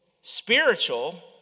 Spiritual